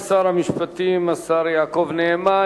תודה לשר המשפטים השר יעקב נאמן.